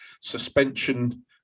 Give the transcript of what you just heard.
suspension